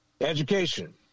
Education